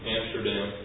Amsterdam